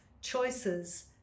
choices